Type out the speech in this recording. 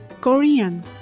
Korean